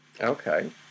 Okay